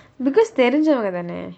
because தெரிஞ்சவங்க தான:therinjavanga thaanae